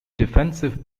defensive